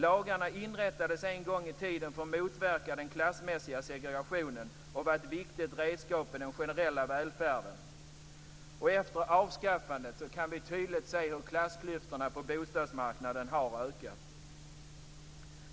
Lagarna inrättades en gång i tiden för att motverka den klassmässiga segregationen och var ett viktigt redskap för den generella välfärden. Efter avskaffandet kan vi tydligt se hur klassklyftorna på bostadsmarknaden har ökat.